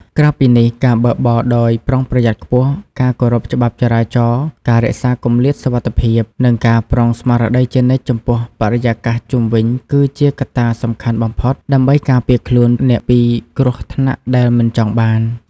ក្រៅពីនេះ ការបើកបរដោយប្រុងប្រយ័ត្នខ្ពស់ ការគោរពច្បាប់ចរាចរណ៍ ការរក្សាគម្លាតសុវត្ថិភាព និងការប្រុងស្មារតីជានិច្ចចំពោះបរិយាកាសជុំវិញគឺជាកត្តាសំខាន់បំផុតដើម្បីការពារខ្លួនអ្នកពីគ្រោះថ្នាក់ដែលមិនចង់បាន។